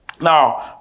Now